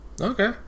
Okay